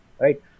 right